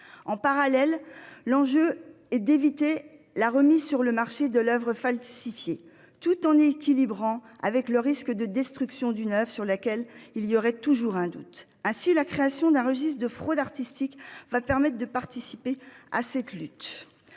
En parallèle, l'enjeu est d'éviter la remise sur le marché de l'oeuvre falsifiée, tout en veillant à l'équilibre avec le risque de destruction d'une oeuvre sur laquelle il y aurait toujours un doute. Ainsi, la création d'un registre de fraude artistique contribuera à cette lutte.